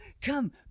come